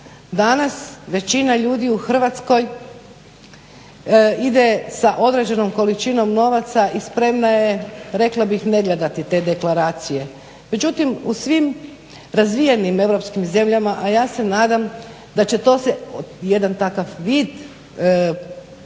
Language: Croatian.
danas većina ljudi u Hrvatskoj ide sa određenom količinom novaca i spremna je rekla bih ne gledati te deklaracije. Međutim, u svim razvijenim europskim zemljama, a ja se nadam da će to se jedan takav vid ponude